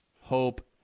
hope